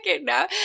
now